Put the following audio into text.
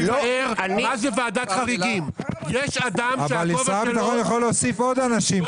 כתוב שהשר יכול להוסיף עוד אנשים.